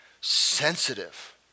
sensitive